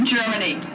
Germany